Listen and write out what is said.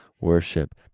worship